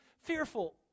fearful